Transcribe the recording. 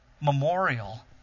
Memorial